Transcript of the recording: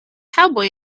cowboy